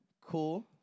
Cool